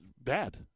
bad